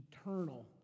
eternal